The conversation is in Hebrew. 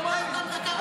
אתם לא נורמליים?